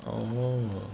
oh